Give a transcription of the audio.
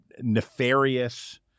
nefarious